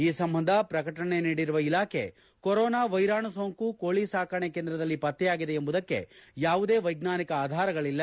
ಈ ಸಂಬಂಧ ಪ್ರಕಟಣೆ ನೀಡಿರುವ ಇಲಾಖೆ ಕೊರೊನಾ ವೈರಾಣು ಸೋಂಕು ಕೋಳಿ ಸಾಕಣೆ ಕೇಂದ್ರಗಳಲ್ಲಿ ಪತ್ತೆಯಾಗಿದೆ ಎಂಬುದಕ್ಕೆ ಯಾವುದೇ ವೈಜ್ಞಾನಿಕ ಆಧಾರಗಳಲ್ಲ